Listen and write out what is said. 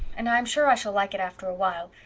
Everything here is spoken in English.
and i am sure i shall like it after a while.